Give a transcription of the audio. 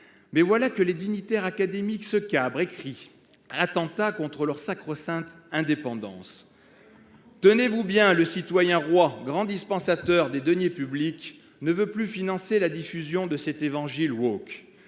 mais voilà que les dignitaires académiques se cabrent et crient à l’attentat contre leur sacro sainte indépendance ! Tenez vous bien : le citoyen roi, grand dispensateur des deniers publics, ne veut plus financer la diffusion de cet évangile.